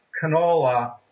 canola